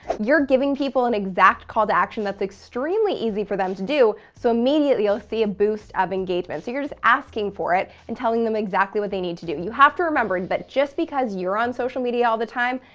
you're giving people an exact call to action that's extremely easy for them to do, so immediately you'll see a boost of engagement. so you're just asking for it and telling them exactly what they need to do. you have to remember that but just because you're on social media all the time,